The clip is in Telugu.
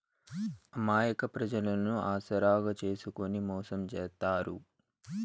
అమాయక ప్రజలను ఆసరాగా చేసుకుని మోసం చేత్తారు